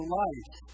life